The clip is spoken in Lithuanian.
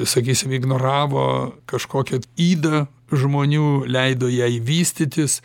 sakysim ignoravo kažkokią ydą žmonių leido jai vystytis